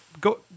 go